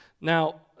Now